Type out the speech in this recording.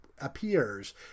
appears